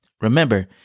Remember